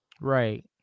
Right